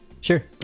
sure